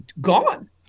gone